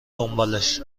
دنبالش